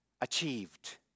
achieved